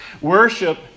Worship